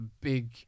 big